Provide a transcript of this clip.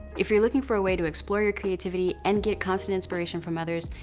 if you're looking for a way to explore your creativity and get constant inspiration from others,